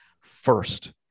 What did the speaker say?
first